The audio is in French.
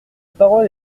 parole